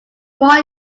more